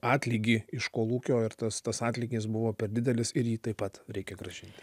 atlygį iš kolūkio ir tas tas atlygis buvo per didelis ir jį taip pat reikia grąžinti